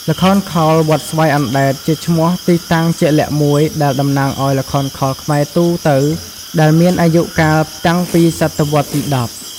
ល្ខោនខោល វត្តស្វាយអណ្ដែតជាឈ្មោះទីតាំងជាក់លាក់មួយដែលតំណាងឱ្យល្ខោនខោលខ្មែរទូទៅ ដែលមានអាយុកាលតាំងពីសតវត្សរ៍ទី១០។